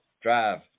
Drive